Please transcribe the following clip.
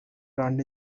brand